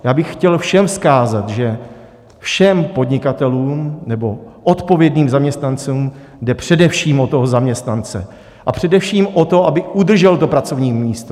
Já bych chtěl všem vzkázat, že všem podnikatelům nebo odpovědným zaměstnancům jde především o zaměstnance, a především o to, aby udržel to pracovní místo.